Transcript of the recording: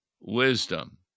wisdom